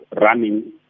running